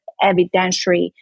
evidentiary